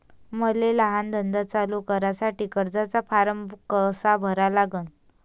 मले लहान धंदा चालू करासाठी कर्जाचा फारम कसा भरा लागन?